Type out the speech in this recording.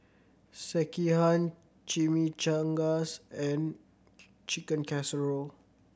Sekihan Chimichangas and Chicken Casserole